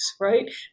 right